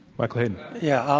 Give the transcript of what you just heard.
mike hayden. yeah.